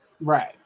right